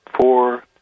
four